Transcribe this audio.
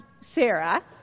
Sarah